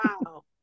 Wow